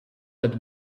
that